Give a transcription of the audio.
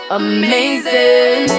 amazing